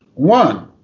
one,